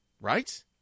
right